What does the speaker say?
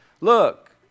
Look